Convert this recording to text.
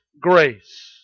grace